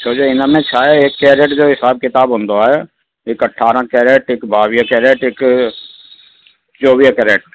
छो जे हिन में छा आहे केरेट जो हिसाबु किताबु हूंदो आहे हिकु अठारह केरेट हिकु ॿावीह केरेट हिकु चोवीह केरेट